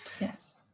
Yes